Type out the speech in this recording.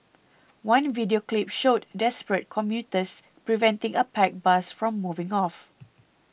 one video clip showed desperate commuters preventing a packed bus from moving off